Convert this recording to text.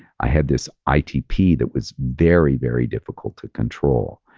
i had this itp that was very, very difficult to control.